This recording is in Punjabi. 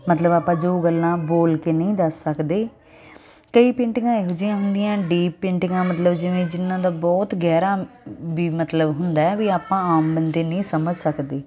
ਮਤਲਬ ਆਪਾਂ ਜੋ ਗੱਲਾਂ ਬੋਲ ਕੇ ਨਹੀਂ ਦੱਸ ਸਕਦੇ ਕਈ ਪੇਂਟਿੰਗਾਂ ਇਹੋ ਜਿਹੀਆਂ ਹੁੰਦੀਆਂ ਡੀ ਪੇਂਟਿੰਗਾਂ ਮਤਲਬ ਜਿਵੇਂ ਜਿਨ੍ਹਾਂ ਦਾ ਬਹੁਤ ਗਹਿਰਾ ਵੀ ਮਤਲਬ ਹੁੰਦਾ ਵੀ ਆਪਾਂ ਆਮ ਬੰਦੇ ਨਹੀਂ ਸਮਝ ਸਕਦੇ